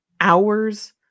hours